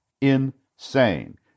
insane